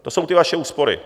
To jsou ty vaše úspory.